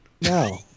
No